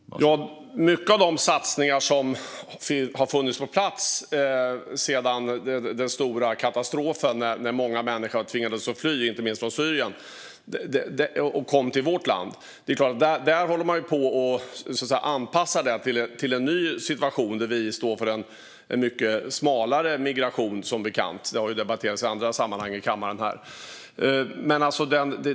Herr talman! Många av de satsningar som har funnits på plats sedan den stora katastrofen när många människor tvingades att fly, inte minst från Syrien, och sedan kom till vårt land håller man nu på och anpassar till en ny situation. Vi står som bekant inför en mycket smalare migration, något som har debatterats här i kammaren i andra sammanhang.